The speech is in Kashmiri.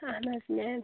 اہن حظ میم